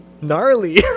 Gnarly